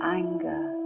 anger